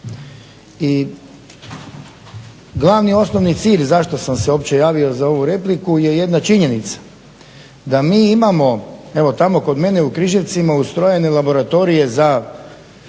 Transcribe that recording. I glavni i osnovni cilj zašto sam se uopće javio za ovu repliku je jedna činjenica, da mi imamo evo tamo kod mene u Križevcima ustrojene laboratorije za